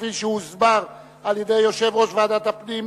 כפי שהוסבר על-ידי יושב-ראש ועדת הפנים,